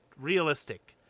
Realistic